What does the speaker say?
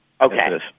Okay